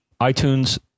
iTunes